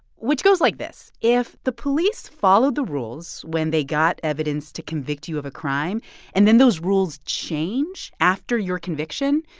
which goes like this if the police followed the rules when they got evidence to convict you of a crime and then those rules change after your conviction,